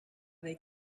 they